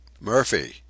murphy